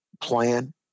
plan